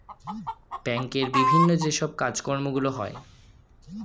ব্যাংকের বিভিন্ন যে সব কাজকর্মগুলো হয়